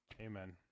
Amen